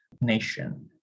nation